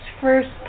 first